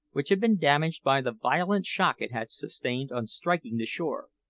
which had been damaged by the violent shock it had sustained on striking the shore.